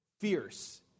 fierce